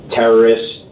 terrorists